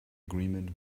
agreement